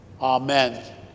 Amen